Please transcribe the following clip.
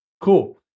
Cool